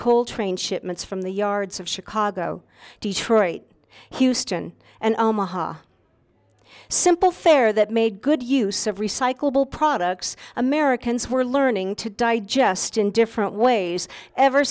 coltrane shipments from the yards of chicago detroit houston and omaha simple fair that made good use of recyclable products americans were learning to digest in different ways ever